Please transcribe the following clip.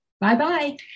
Bye-bye